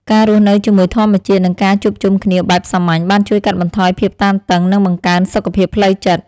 ការរស់នៅជាមួយធម្មជាតិ និងការជួបជុំគ្នាបែបសាមញ្ញបានជួយកាត់បន្ថយភាពតានតឹង និងបង្កើនសុខភាពផ្លូវចិត្ត។